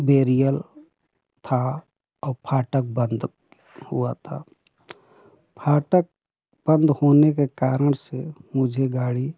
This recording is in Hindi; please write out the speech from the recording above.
बेरियल था और फाटक बंद हुआ था फाटक बंद होने के कारण से मुझे गाड़ी